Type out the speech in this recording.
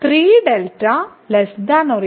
ബന്ധം 3δ ≤ ϵ ആണ്